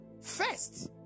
first